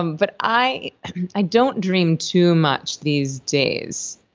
um but i i don't dream too much these days.